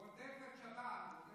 הוא רודף את השבת.